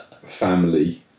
family